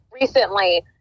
recently